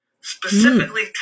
specifically